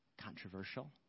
controversial